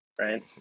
right